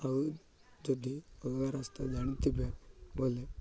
ଆଉ ଯଦି ଅଲଗା ରାସ୍ତା ଜାଣିଥିବେ ବୋଲେ